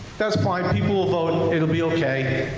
that's fine. people will vote, it'll be okay,